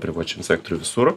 privačiam sektoriuj visur